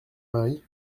mari